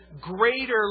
greater